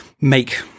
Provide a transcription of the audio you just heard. make